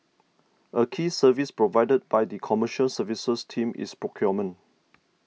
a key service provided by the Commercial Services team is procurement